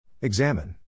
Examine